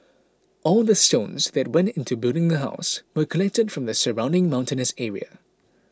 all the stones that went into building the house were collected from the surrounding mountainous area